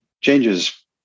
changes